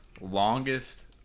Longest